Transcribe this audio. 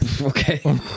Okay